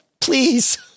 please